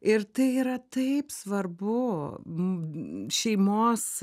ir tai yra taip svarbu šeimos